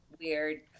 weird